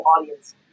audience